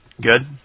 Good